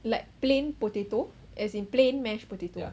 like plain potato as in plain mashed potato